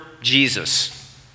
Jesus